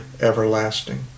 everlasting